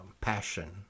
passion